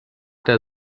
der